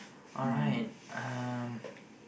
alright um